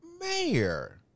mayor